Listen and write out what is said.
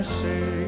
say